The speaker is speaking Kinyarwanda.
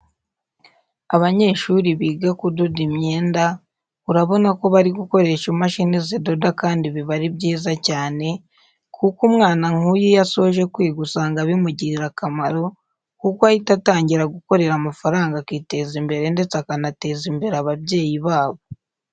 Abanyeshuri biga kudoda imyenda, urabona ko bari gukoresha imashini zidoda kandi biba ari byiza cyane, kuko umwana nk'uyu iyo asoje kwiga usanga bimugirira akamaro kuko ahita atangira gukorera amafaranga akiteza imbere ndetse akanateza imbere ababyeyi babo.